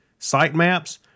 sitemaps